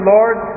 Lord